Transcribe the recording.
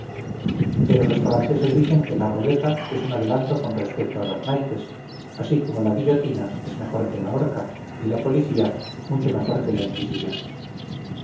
pero los franceses dicen que la roleta es un adelanto con respecto a los naipes así como la guillotina es mejor que la horca y la policía mucho mejor que la inquisición